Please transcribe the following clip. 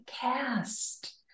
cast